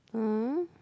uh